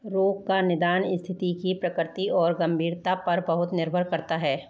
रोग का निदान स्थिति की प्रकृति और गंभीरता पर बहुत निर्भर करता है